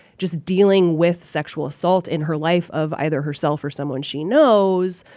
just dealing with sexual assault in her life of either herself or someone she knows,